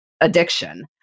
addiction